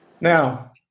Now